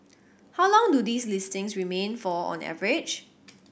how long do these listings remain for on average